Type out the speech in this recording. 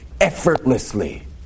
effortlessly